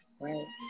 right